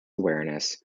awareness